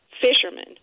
Fishermen